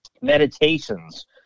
Meditations